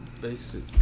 basic